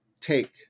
take